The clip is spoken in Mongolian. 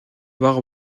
бага